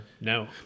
No